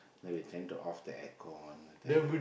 then we tend to off the air con and then we